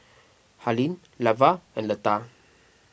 Harlene Lavar and Leta